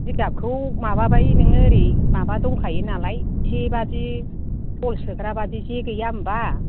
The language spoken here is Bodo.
जिगाबखौ माबाबाय नोङो आरै माबा दंखायोनालाय जे बादि गल सोग्राबादि जे गोया होनबा